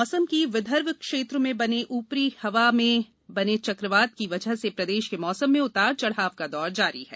मौसम विदर्भ क्षेत्र में बने उपरी हवा में बने चकवात की वजह से प्रदेश के मौसम में उतार चढ़ाव का दौर जारी है